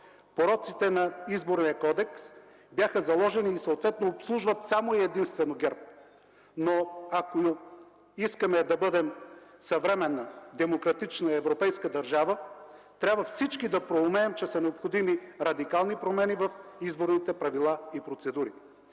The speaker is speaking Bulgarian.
Пороците на Изборния кодекс бяха заложени и съответно обслужват само и единствено ГЕРБ, но ако искаме да бъдем съвременна, демократична европейска държава, трябва всички да проумеем, че са необходими радикални промени в изборните правила и процедури.